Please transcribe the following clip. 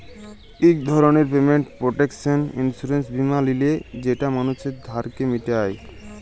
ইক ধরলের payment protection insurance বীমা লিলে যেট মালুসের ধারকে মিটায়